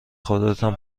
خودتان